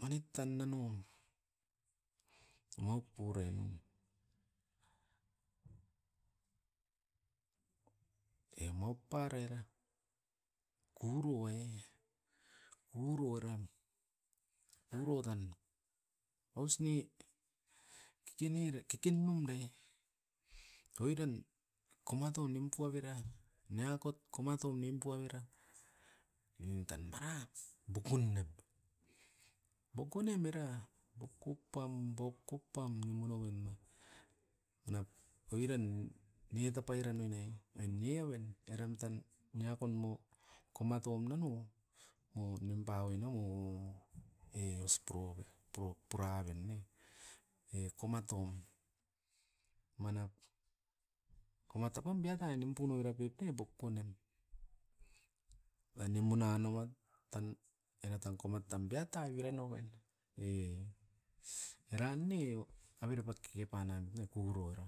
manit tan dapo mo pure. Emao parara kuruai kuru eram koro tan. Aus ne kekene kekenum da oiran komatau nimpevera. Neakot mara boku pam boku pam ni mono wen ma ena oiran ni itapairanuinen, oinia wen. Eram tan niakon mo komatom nunu o nimpa oino-o e os puraven ne, e komatom manap. Komatom bokponem. Mani muna naua tan era tan koma tan beata vira noven, e, eran e avira pana kekepana oitne kuroira.